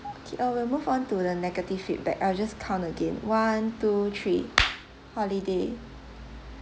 K uh we'll move on to the negative feedback I'll just count again one two three holiday